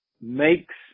makes